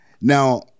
Now